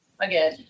again